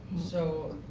so,